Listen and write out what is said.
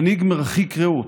מנהיג מרחיק ראות,